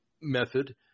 method